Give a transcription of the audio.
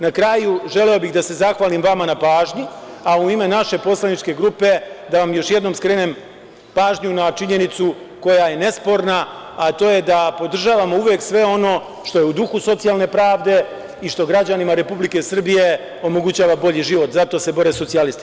Na kraju, želeo bih da se zahvalim vama na pažnji, a u ime naše poslaničke grupe da vam još jednom skrenem pažnju na činjenicu koja je nesporna, a to je da podržavamo uvek sve ono što je u duhu socijalne pravde i što građanima Republike Srbije omogućava bolji život, a zato se bore socijalisti.